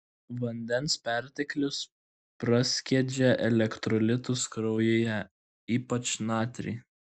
vandens perteklius praskiedžia elektrolitus kraujyje ypač natrį